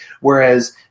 whereas